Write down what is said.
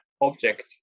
object